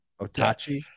Otachi